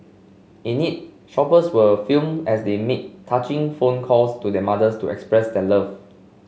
in it shoppers were filmed as they made touching phone calls to their mothers to express their love